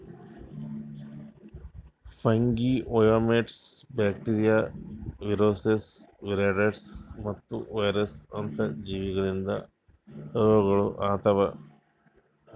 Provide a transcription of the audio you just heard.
fungi, oomycetes, bacteria, viruses, viroids ಮತ್ತ virus ಅಂತ ಜೀವಿಗೊಳಿಂದ್ ರೋಗಗೊಳ್ ಆತವ್